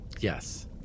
Yes